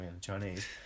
chinese